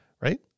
Right